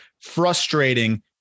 frustrating